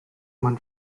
man